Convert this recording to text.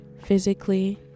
physically